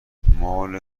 مال